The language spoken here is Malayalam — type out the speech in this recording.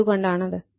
എന്തുകൊണ്ടാണത്